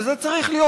וזה צריך להיות,